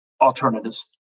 alternatives